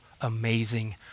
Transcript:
amazing